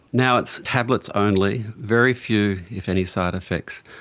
now it's tablets only, very few if any side-effects,